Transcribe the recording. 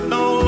no